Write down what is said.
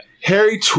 Harry